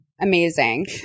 Amazing